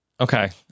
Okay